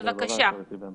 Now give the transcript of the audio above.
כלומר, לא לעצור אותי באמצע.